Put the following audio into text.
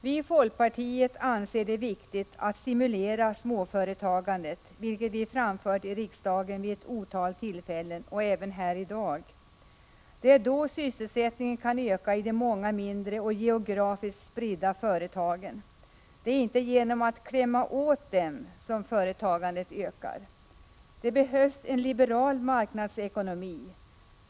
Vi i folkpartiet anser det viktigt att småföretagandet stimuleras, vilket vi framfört i riksdagen vid ett otal tillfällen och även i dag. Det är då sysselsättningen kan öka i de många mindre och geografiskt spridda företagen. Det är inte genom att klämma åt dem som företagandet ökar. Det behövs en liberal marknadsekonomi.